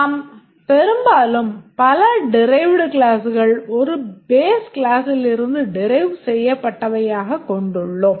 நாம் பெரும்பாலும் பல derived கிளாஸ்கள் ஒரு base கிளாஸ்சிலிருந்து derive செய்யப்பட்டவையாகக் கொண்டுள்ளோம்